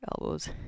Elbows